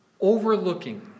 overlooking